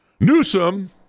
newsom